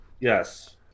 Yes